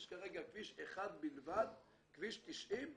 יש כרגע כביש אחד בלבד כביש 90,